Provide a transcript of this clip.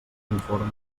informes